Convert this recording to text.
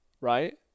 right